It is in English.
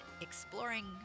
exploring